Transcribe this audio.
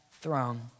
throne